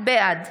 בעד